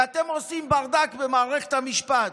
ואתם עושים ברדק במערכת המשפט.